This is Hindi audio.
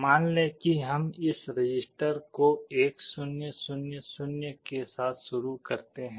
मान लें कि हम इस रजिस्टर को 1 0 0 0 के साथ शुरू करते हैं